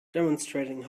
demonstrating